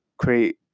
create